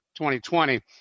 2020